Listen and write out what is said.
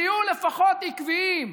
תהיו לפחות עקביים.